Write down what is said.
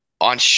on